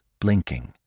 blinking